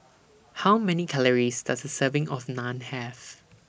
How Many Calories Does A Serving of Naan Have